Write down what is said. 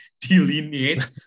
delineate